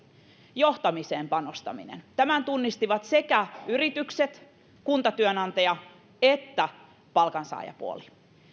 johtamiseen panostaminen tämän tunnistivat sekä yritykset kuntatyönantaja että palkansaajapuoli